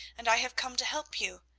and i have come to help you.